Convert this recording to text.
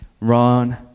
run